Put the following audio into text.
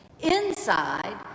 Inside